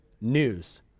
news